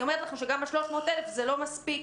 אומרת לכם שגם ה-300,000 זה לא מספיק.